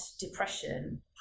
depression